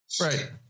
right